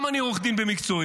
גם אני עורך דין במקצועי.